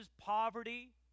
poverty